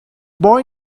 boy